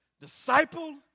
disciple